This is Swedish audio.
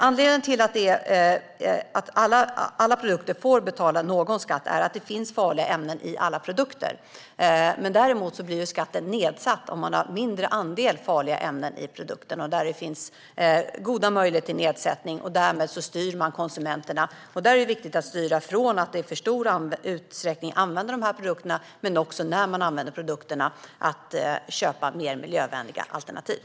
Anledningen till att man får betala någon skatt för alla produkter är att det finns farliga ämnen i alla produkter. Däremot blir skatten nedsatt om man har mindre andel farliga ämnen i produkten. Det finns goda möjligheter till nedsättning, och därmed styr man konsumenterna. Där är det viktigt att styra från att i för stor utsträckning använda dessa produkter. När man använder produkterna gäller det också att se till att man köper mer miljövänliga alternativ.